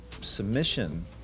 submission